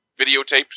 videotapes